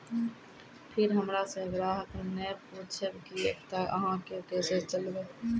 फिर हमारा से ग्राहक ने पुछेब की एकता अहाँ के केसे चलबै?